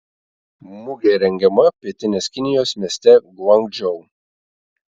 mugė rengiama pietinės kinijos mieste guangdžou